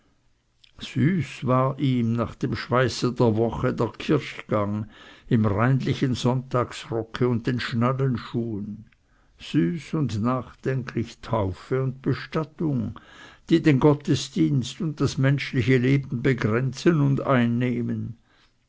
süß war ihm nach dem schweiße der woche der kirchgang im reinlichen sonntagsrocke und den schnallenschuhen süß und nachdenklich taufe und bestattung die den gottesdienst und das menschliche leben begrenzen und einrahmen